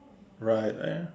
right eh